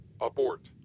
Abort